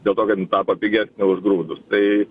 dėl to kad jin tapo pigesnė už grūdus tai